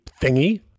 thingy